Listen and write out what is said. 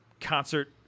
concert